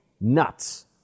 nuts